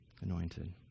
anointed